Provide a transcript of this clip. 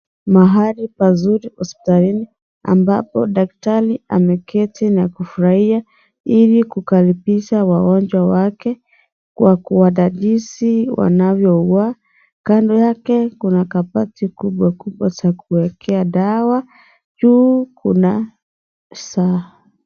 Mahali pazuri hospitalini ambapo daktari ameketi na kufuruhia ili kukaribisha wagonjwa wake kwa kuwadadisi wanavyo ugua, kando yake kuna kabati kubwa kubwa za kuwekea dawa juu kuna saa.